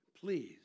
please